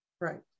Right